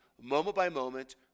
moment-by-moment